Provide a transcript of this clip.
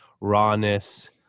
rawness